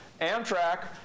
Amtrak